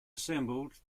assembled